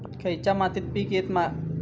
खयच्या मातीत पीक येत नाय?